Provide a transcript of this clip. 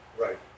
right